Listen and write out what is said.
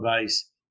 base